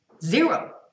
Zero